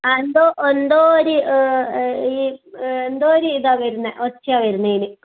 ആ എന്തോ എന്തോ ഒരു ഈ എന്തോ ഒരു ഇതാ വരുന്നെ ഒച്ചയാ വരുന്നേ ഈന്